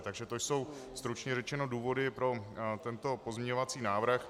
Takže to jsou stručně řečeno důvody pro tento pozměňovací návrh.